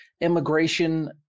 Immigration